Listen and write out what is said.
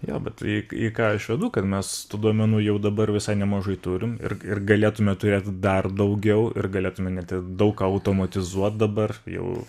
jo bet į į ką aš vedu kad mes tų duomenų jau dabar visai nemažai turim ir ir galėtume turėt dar daugiau ir galėtume net daug ką automatizuot dabar jau